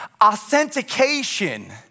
Authentication